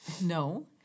No